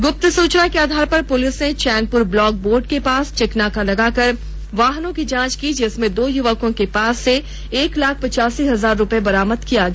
गुप्त सूचना के आधार पर पुलिस ने चैनपुर ब्लॉक बोर्ड के पास चेक नाका लगाकर वाहनों की जांच की जिसमें दो युवकों के पास से एक लाख पचासी हजार रुपये बरामद किया गया